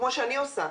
כמו שאני עושה,